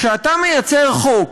כשאתה מייצר חוק